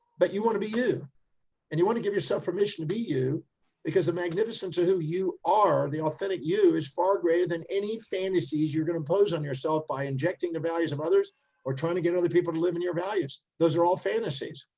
but you want to be you and you want to give yourself permission to be you because the magnificence of who you are, the authentic you is far greater than any fantasies you're going to impose on yourself by injecting the values of others or trying to get other people to live in your values. those are all fantasies.